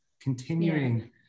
continuing